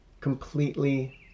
completely